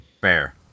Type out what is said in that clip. Fair